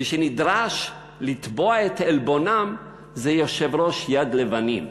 מי שנדרש לתבוע את עלבונם זה יושב-ראש "יד לבנים".